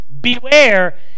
beware